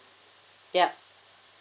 yup